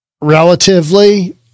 relatively